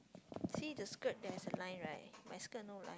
see the skirt there's a line right my skirt no line